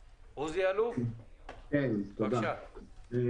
אלוף, בבקשה.